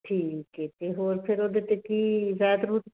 ਠੀਕ ਹੈ ਅਤੇ ਹੋਰ ਫਿਰ ਉਹਦੇ 'ਤੇ ਕੀ ਰਿਆਇਤ ਰੂਤ